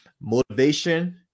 motivation